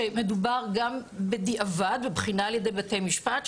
שמדובר גם בדיעבד בבחינה על ידי בתי משפט,